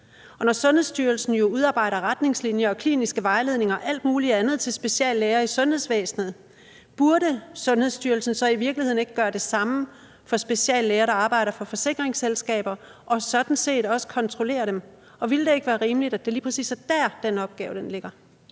Og når Sundhedsstyrelsen jo udarbejder retningslinjer, kliniske vejledninger og alt mulig andet til speciallæger i sundhedsvæsenet, burde Sundhedsstyrelsen så i virkeligheden ikke gøre det samme for speciallæger, der arbejder for forsikringsselskaber, og sådan set også kontrollere dem? Og ville det ikke være rimeligt, at det lige præcis er der, den opgave ligger?